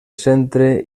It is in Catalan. centre